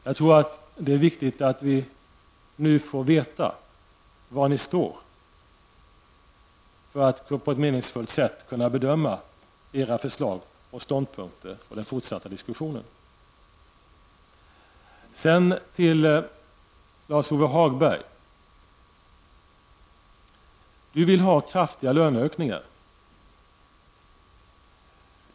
Jag tror att det är viktigt att vi nu får veta var ni står, så att vi på ett meningsfullt sätt kan bedöma era förslag och ståndpunkter samt den fortsatta diskussionen. Lars-Ove Hagberg vill ha kraftiga löneökningar.